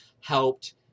helped